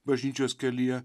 bažnyčios kelyje